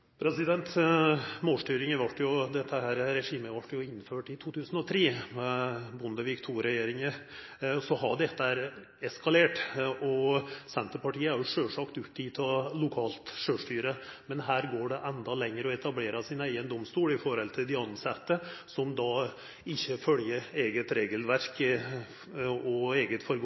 målstyringen. Målstyringen – dette regimet – ble jo innført i 2003, under Bondevik II-regjeringen, og så har det eskalert. Senterpartiet er selvsagt opptatt av lokalt selvstyre, men her går en enda lenger i å etablere sin egen domstol overfor de ansatte som ikke følger eget regelverk og eget